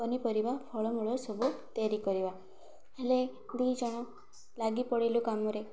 ପନିପରିବା ଫଳମୂଳ ସବୁ ତିଆରି କରିବା ହେଲେ ଦୁଇ ଜଣ ଲାଗି ପଡ଼ିଲୁ କାମରେ